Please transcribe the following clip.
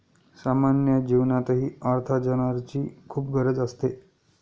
सामान्य जीवनातही अर्थार्जनाची खूप गरज असते